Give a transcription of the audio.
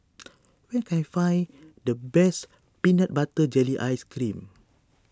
where can I find the best Peanut Butter Jelly Ice Cream